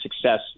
success